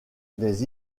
des